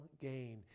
gain